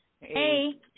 Hey